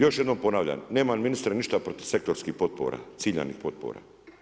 Još jednom ponavljam, nemam ministre ništa protiv sektorskih potpora, ciljanih potpora.